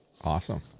awesome